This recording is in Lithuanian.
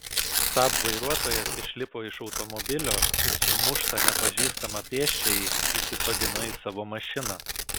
saab vairuotojas išlipo iš automobilio ir sumuštą nepažįstamą pėsčiąjį įsisodino į savo mašiną